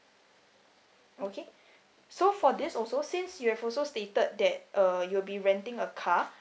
okay so for this also since you have also stated that uh you will be renting a car